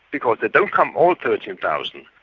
because they don't come all thirteen thousand,